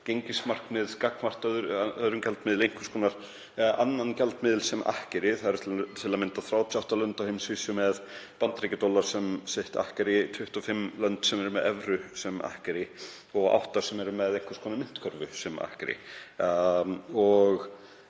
gengismarkmið gagnvart öðrum gjaldmiðli, einhvers konar annan gjaldmiðil sem akkeri. Það eru til að mynda 38 lönd á heimsvísu með bandaríkjadollar sem sitt akkeri, 25 lönd sem eru með evru sem akkeri og átta eru með einhvers konar myntkörfu sem akkeri.